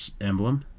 emblem